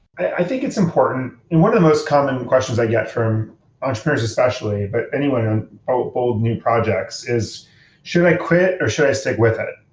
i think it's important. one of the most common questions i get from entrepreneurs, especially, but anyone with old-new projects is should i quit, or should i stick with it?